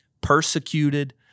persecuted